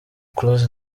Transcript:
close